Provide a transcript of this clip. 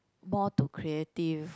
more to creative